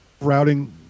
routing